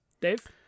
Dave